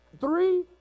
three